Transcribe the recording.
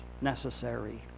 necessary